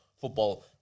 football